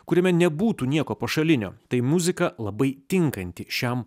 kuriame nebūtų nieko pašalinio tai muzika labai tinkanti šiam